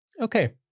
Okay